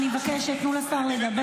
אני באתי לשמוע.